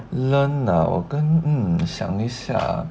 learn ah 我跟嗯想一下